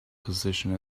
position